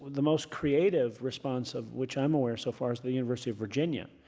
the most creative response, of which i'm aware so far, is the university of virginia,